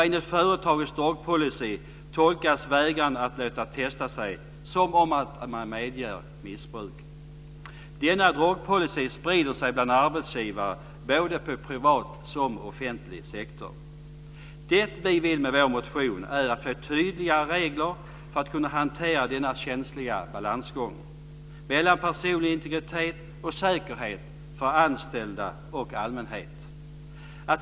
Enligt företagets drogpolicy tolkas vägran att låta testa sig som att man medger missbruk. Denna drogpolicy sprider sig bland arbetsgivare, både inom privat och offentlig sektor. Det vi vill med vår motion är att det blir tydligare regler för att kunna hantera den känsliga balansgången mellan personlig integritet och säkerhet för anställda och allmänhet.